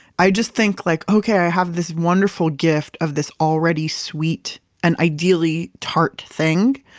i just think, like okay, i have this wonderful gift of this already sweet and ideally tart thing.